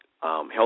health